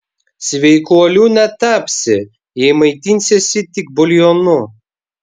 sveikuoliu netapsi jei maitinsiesi tik buljonu